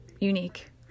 unique